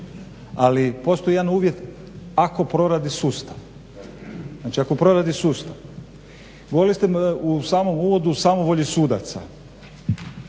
ali postoji jedan uvjet ako proradi sustav, znači ako proradi sustav. Govorili ste u samom uvodu o samovolji sudaca,